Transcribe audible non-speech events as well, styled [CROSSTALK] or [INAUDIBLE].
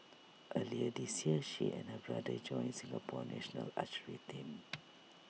earlier this year she and her brother joined Singapore's national archery team [NOISE]